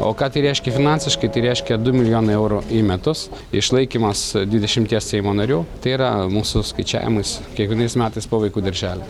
o ką tai reiškia finansiškai tai reiškia du milijonai eurų į metus išlaikymas dvidešimties seimo narių tai yra mūsų skaičiavimais kiekvienais metais po vaikų darželį